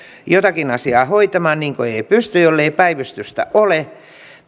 jotakin asiaa hoitamaan niin kuin ei ei pysty jollei päivystystä ole